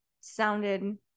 sounded